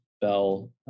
Bell